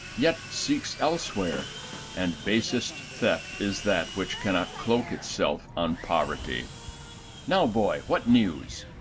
yet seeks elsewhere and basest theft is that which cannot cloak it self on poverty now, boy, what news?